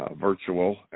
virtual